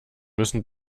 müssen